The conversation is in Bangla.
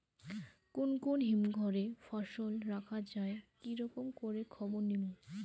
কুন কুন হিমঘর এ ফসল রাখা যায় কি রকম করে খবর নিমু?